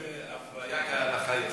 שם זה הפריה כהלכה יותר,